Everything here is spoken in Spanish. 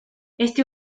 este